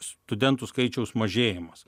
studentų skaičiaus mažėjimas